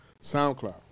SoundCloud